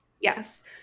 Yes